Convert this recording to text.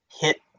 hit